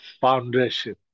foundation